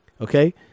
Okay